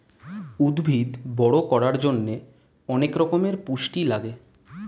উদ্ভিদ বড় করার জন্যে অনেক রকমের পুষ্টি লাগে